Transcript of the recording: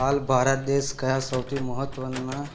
હાલ ભારત દેશ કયા સૌથી મહત્ત્વના